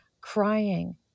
crying